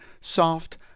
soft